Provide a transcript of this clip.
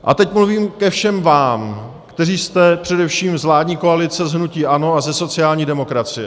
A teď mluvím k vám všem, kteří jste především z vládní koalice, z hnutí ANO a ze sociální demokracie.